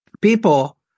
people